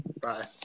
bye